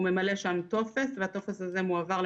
הוא ממלא שם טופס והטופס הזה מועבר,